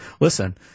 listen